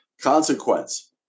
Consequence